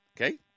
Okay